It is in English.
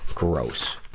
gross.